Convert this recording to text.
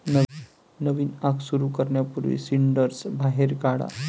नवीन आग सुरू करण्यापूर्वी सिंडर्स बाहेर काढा